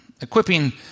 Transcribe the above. equipping